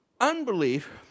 Unbelief